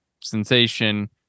sensation